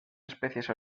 especies